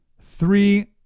three